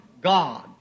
God